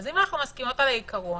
אם אנחנו מסכימות על העיקרון,